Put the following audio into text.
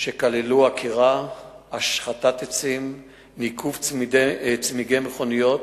שכללו עקירה והשחתה של עצים, ניקוב צמיגי מכוניות,